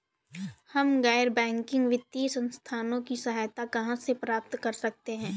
हम गैर बैंकिंग वित्तीय संस्थानों की सहायता कहाँ से प्राप्त कर सकते हैं?